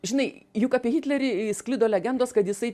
žinai juk apie hitlerį sklido legendos kad jisai